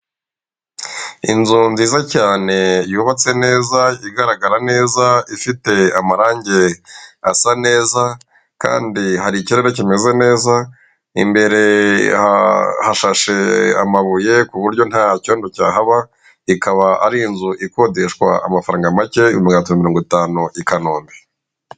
Inzu nziza cyane yubatse neza igaragara neza, ifite amarangi asa neza, kandi hari icyondo kimeze neza, imbere hashashe amabuye ku buryo nta cyondo cyahaba , ikaba ari inzu ikodeshwa amafaranga make, ibihumbi magana tatu mirongo itanu, ikanombe.